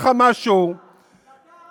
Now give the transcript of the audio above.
זה שלא אכפת לך מה חושב הציבור, זה מילא.